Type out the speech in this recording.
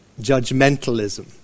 judgmentalism